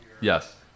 Yes